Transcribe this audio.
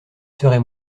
serai